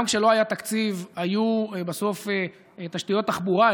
גם כשלא היה תקציב היו בסוף תשתיות תחבורה,